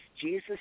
Jesus